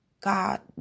God